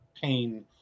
pain